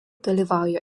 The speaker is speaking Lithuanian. dalyvauja